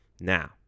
Now